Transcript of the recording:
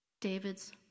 David's